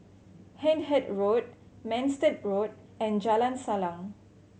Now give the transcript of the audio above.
Hindhede Road Manston Road and Jalan Salang